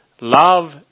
Love